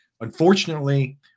Unfortunately